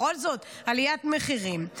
בכל זאת עליית מחירים.